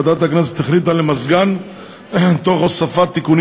וועדת הכנסת החליטה למזגן תוך הוספת תיקונים